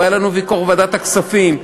והיה לנו ויכוח בוועדת הכספים,